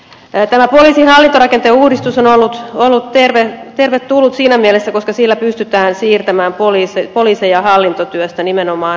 tämä poliisin hallintorakenteen uudistus on ollut tervetullut siinä mielessä että sillä pystytään siirtämään poliiseja hallintotyöstä nimenomaan kenttätyöhön